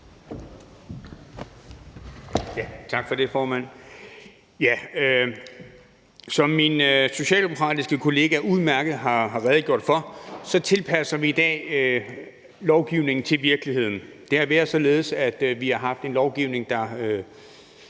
Tak for det, formand. Som min socialdemokratiske kollega udmærket har redegjort for, tilpasser vi i dag lovgivningen til virkeligheden. Det har været således, at vi har haft en lovgivning, der